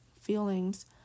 feelings